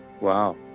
wow